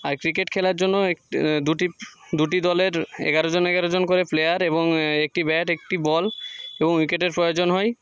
আর cricket খেলার জন্য একটি দুটি দুটি দলের এগারো জন এগারো জন করে প্লেয়ার এবং একটি ব্যাট একটি বল এবং উইকেটের প্রয়োজন হয়